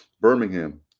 Birmingham